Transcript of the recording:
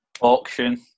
Auction